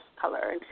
color